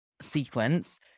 sequence